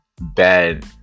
bad